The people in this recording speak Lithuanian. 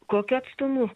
kokiu atstumu